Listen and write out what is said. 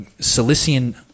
Cilician